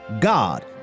God